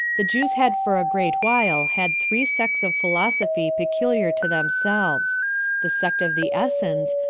the jews had for a great while had three sects of philosophy peculiar to themselves the sect of the essens,